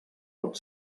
pot